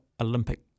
Olympic